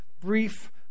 Brief